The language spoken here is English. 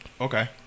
okay